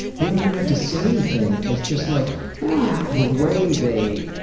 they don't even have to say anything is just like the way they